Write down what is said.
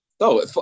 No